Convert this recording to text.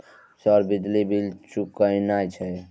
Sir बिजली bill चूकेना छे?